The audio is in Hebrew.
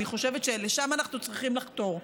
ואני חושבת שלשם אנחנו צריכים לחתור.